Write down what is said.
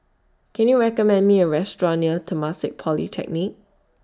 Can YOU recommend Me A Restaurant near Temasek Polytechnic